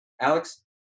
Alex